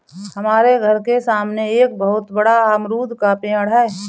हमारे घर के सामने एक बहुत बड़ा अमरूद का पेड़ है